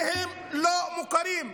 כי הם לא מוכרים.